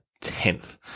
tenth